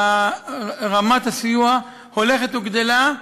רמת הסיוע הולכת וגדלה.